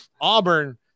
Auburn